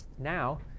Now